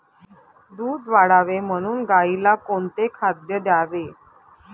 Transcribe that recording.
दूध वाढावे म्हणून गाईला कोणते खाद्य द्यावे?